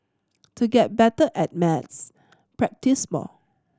to get better at maths practise more